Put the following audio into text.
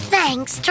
Thanks